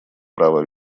права